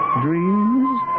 dreams